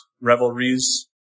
revelries